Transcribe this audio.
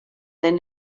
then